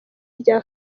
rya